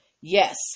Yes